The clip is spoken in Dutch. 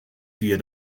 via